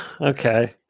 okay